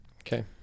Okay